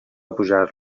pujar